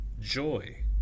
joy